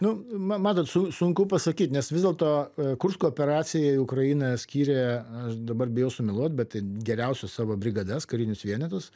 nu matot su sunku pasakyt nes vis dėlto kursko operacijai ukraina skyrė aš dabar bijau sumeluot bet geriausius savo brigadas karinius vienetus